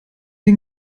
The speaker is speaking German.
den